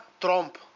Trump